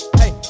hey